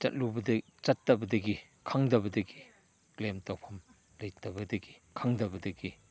ꯆꯠꯇꯕꯗꯒꯤ ꯈꯪꯗꯕꯗꯒꯤ ꯀ꯭ꯂꯦꯝ ꯇꯧꯐꯝ ꯂꯩꯇꯕꯗꯒꯤ ꯈꯪꯗꯕꯗꯒꯤ